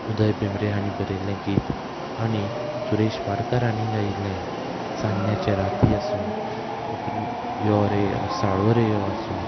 उदय भेंब्रे हांणी बरयल्लें गीत आनी सुरेश वाडकार हांणी गायिल्लें चान्न्याचे राती आसूं उपरांत यो रे यो साळोरे यो आसूं